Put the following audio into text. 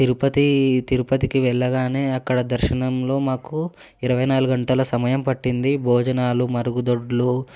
తిరుపతి తిరుపతికి వెళ్ళగానే అక్కడ దర్శనంలో మాకు ఇరవై నాలుగు గంటల సమయం పట్టింది భోజనాలు మరుగుదొడ్లు